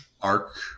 arc